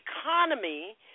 economy